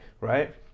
right